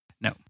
No